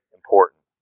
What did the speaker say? important